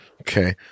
Okay